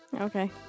Okay